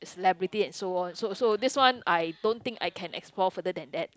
celebrity and so on so so this one I don't think I can explore further than that